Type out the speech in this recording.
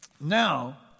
Now